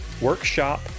workshop